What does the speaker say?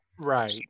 Right